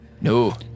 No